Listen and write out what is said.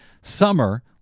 summer